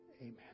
Amen